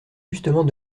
justement